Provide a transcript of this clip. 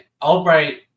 Albright